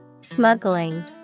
Smuggling